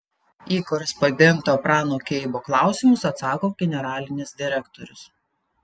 į korespondento prano keibo klausimus atsako generalinis direktorius